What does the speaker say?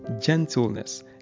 gentleness